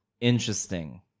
Interesting